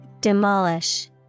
Demolish